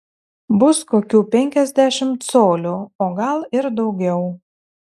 bus kokių penkiasdešimt colių o gal ir daugiau